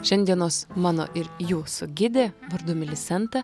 šiandienos mano ir jūsų gidė vardu milisenta